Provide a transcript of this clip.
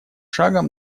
шагом